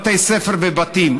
בתי ספר ובתים?